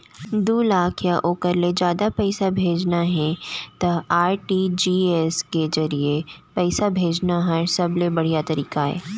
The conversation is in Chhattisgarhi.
दू लाख या ओकर ले जादा पइसा भेजना हे त आर.टी.जी.एस के जरिए पइसा भेजना हर सबले बड़िहा तरीका अय